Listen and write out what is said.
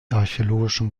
archäologischen